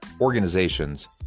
organizations